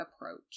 approach